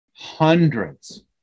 hundreds